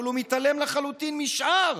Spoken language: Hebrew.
אבל מתעלם לחלוטין משאר